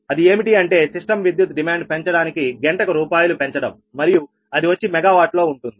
అది ఏమిటి అంటే సిస్టమ్ విద్యుత్ డిమాండ్ పెంచడానికి గంటకు రూపాయలు పెంచడం మరియు అది వచ్చి మెగావాట్ లో ఉంటుంది